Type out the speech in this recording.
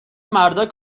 مردا